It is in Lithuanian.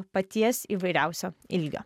paties įvairiausio ilgio